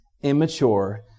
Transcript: immature